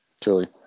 Truly